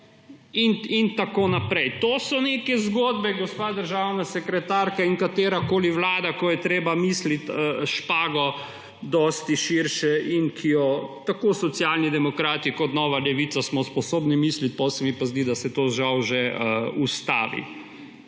in tako naprej. To so neke zgodba, gospa državna sekretarka in katerakoli vlada, ko je treba misliti s špago dosti širše; in tako Socialni demokrati kot nova levica smo sposobni tako misliti, potem pa se mi zdi, da se to žal že ustavi.